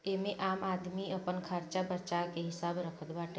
एमे आम आदमी अपन खरचा बर्चा के हिसाब रखत बाटे